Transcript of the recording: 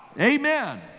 Amen